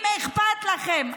אם אכפת לכם,